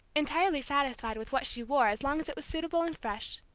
entirely satisfied with what she wore as long as it was suitable and fresh,